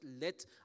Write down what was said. let